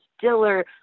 Diller